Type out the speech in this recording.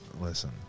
listen